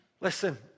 Listen